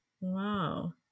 wow